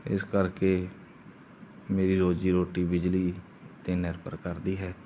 ਇਸ ਕਰਕੇ ਮੇਰੀ ਰੋਜ਼ੀ ਰੋਟੀ ਬਿਜਲੀ 'ਤੇ ਨਿਰਭਰ ਕਰਦੀ ਹੈ